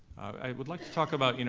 i would like to talk about, you know